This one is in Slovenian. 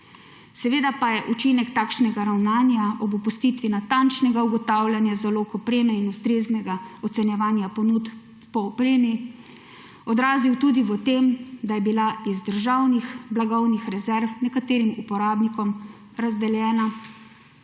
Seveda pa se je učinek takšnega ravnanja ob opustitvi natančnega ugotavljanja zalog opreme in ustreznega ocenjevanja ponudb po opremi odrazil tudi v tem, da je bila iz državnih blagovnih rezerv nekaterim uporabnikom razdeljena